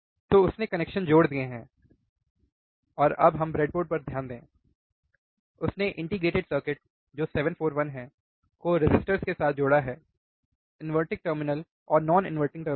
तो उसने कनेक्शन जोड़ दिए हैं और अब हम ब्रेडबोर्ड पर ध्यान दें उसने इन्टीग्रेटेड सर्किट जो 741 है को रेसिस्टर्स के साथ जोड़ा है इनवर्टिंग टर्मिनल और नॉन इनवर्टिंग टर्मिनल पर